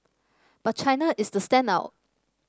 but China is the standout